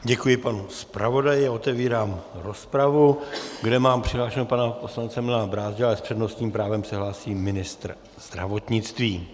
Děkuji panu zpravodaji a otevírám rozpravu, kde mám přihlášeného pana poslance Milana Brázdila, ale s přednostním právem se hlásí ministr zdravotnictví.